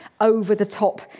over-the-top